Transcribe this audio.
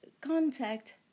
contact